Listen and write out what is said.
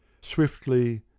Swiftly